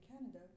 Canada